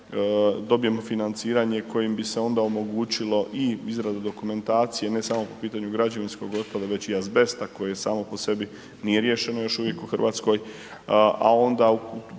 dobijemo financiranje kojim bi se onda omogućilo i izradu dokumentacije ne samo po pitanju građevinskog otpada već i azbesta koje samo po sebi nije riješeno još uvijek u Hrvatskoj, a onda u